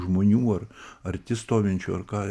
žmonių ar arti stovinčių ar ką